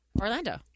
Orlando